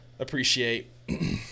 Appreciate